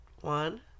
One